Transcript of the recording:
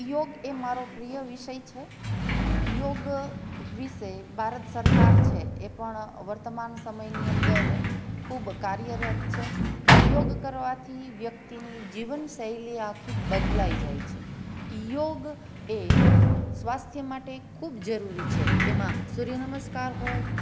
યોગ એ મારો પ્રિય વિષય છે યોગ વિશે ભારત સરકાર છે એ પણ વર્તમાન સમયની અંદર ખૂબ કાર્યરત છે યોગ કરવાથી વ્યક્તિની જીવન શૈલી આખી બદલાઈ જાય છે યોગ એ સ્વાસ્થ્ય માટે ખૂબ જરૂરી છે એમાં સૂર્ય નમસ્કાર હોય